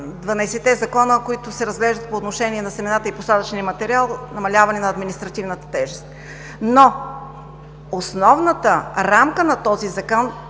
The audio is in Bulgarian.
закона, които се разглеждат, по отношение на семената и посадъчния материал за намаляване на административната тежест. Основната рамка на този Закон